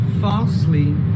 falsely